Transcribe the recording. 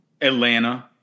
Atlanta